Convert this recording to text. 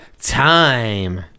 Time